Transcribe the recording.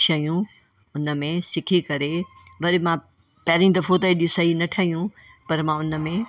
शयूं हुनमें सिखी करे वरी मां पहिरियों दफ़ो त हेॾी सारी न ठहियूं पर मां उनमें